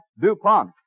DuPont